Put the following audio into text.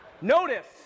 Notice